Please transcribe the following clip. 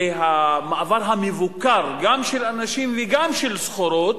המעבר המבוקר, גם של אנשים וגם של סחורות,